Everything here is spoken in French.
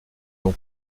donc